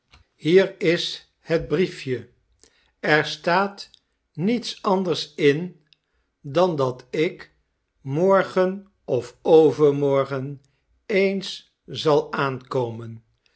hier is het briefje er staat niets anders in dan dat ik morgen of overmorgen eens zal aankomen